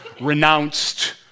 renounced